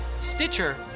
Stitcher